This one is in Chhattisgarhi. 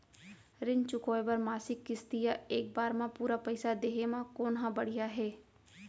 ऋण चुकोय बर मासिक किस्ती या एक बार म पूरा पइसा देहे म कोन ह बढ़िया हे?